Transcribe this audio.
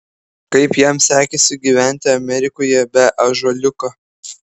kaip jam sekėsi gyventi amerikoje be ąžuoliuko